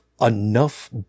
enough